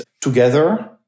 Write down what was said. together